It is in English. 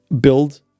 build